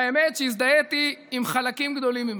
האמת, הזדהיתי עם חלקים גדולים ממנו.